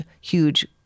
huge